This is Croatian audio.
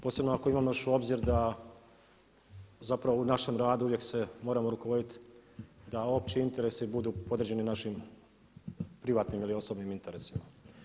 Posebno ako uzmemo još u obzir da zapravo u našem radu uvijek se moramo rukovoditi da opći interesi budu podređeni našim privatnim ili osobnim interesima.